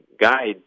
guide